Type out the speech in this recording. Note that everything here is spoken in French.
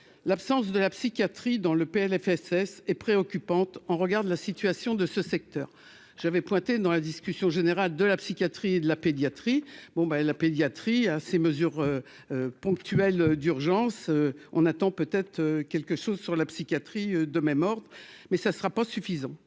l'absence de la psychiatrie dans le PLFSS est préoccupante en regard de la situation de ce secteur, j'avais pointé dans la discussion générale de la psychiatrie de la pédiatrie, bon ben la pédiatrie à ces mesures. Ponctuel d'urgence, on attend peut-être quelque chose sur la psychiatrie de même ordre, mais ça ne sera pas suffisant